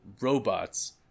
robots